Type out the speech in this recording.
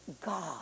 God